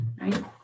right